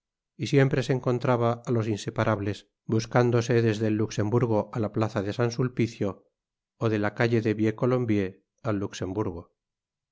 y siempre se encontraba á los inseparables buscándose desde el luxemburgo á la plaza de san sulpicio ó de la calle de vieux colombier al luxemburgo